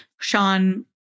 Sean